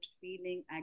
feeling